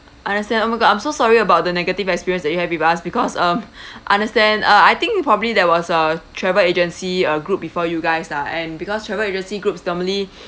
I understand oh my god I'm so sorry about the negative experience that you have with us because um understand uh I think probably there was a travel agency a group before you guys lah and because travel agency group normally